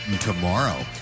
tomorrow